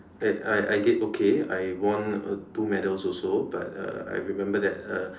uh I I did okay I won uh two medals also but uh I remember that uh the